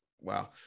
Wow